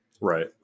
Right